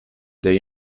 they